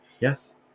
Yes